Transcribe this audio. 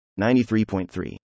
93.3